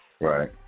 Right